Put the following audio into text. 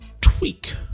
tweak